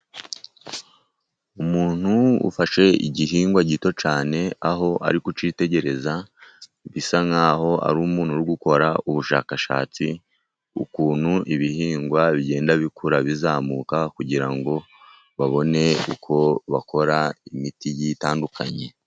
Umuntu ufashe igihingwa gito cyane aho ari kucyitegereza, bisa nk'aho ari umuntu uri gukora ubushakashatsi, ukuntu ibihingwa bigenda bikura bizamuka, kugira ngo babone uko bakora imiti itandukanye.